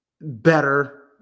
better